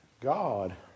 God